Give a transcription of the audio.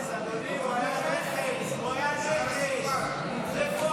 למה קראת לו נכס, הלוא הוא היה נכס, אדוני.